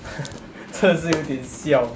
真的是有一点 siao